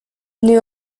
new